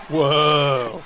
Whoa